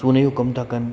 चूने जो कम था कनि